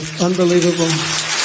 Unbelievable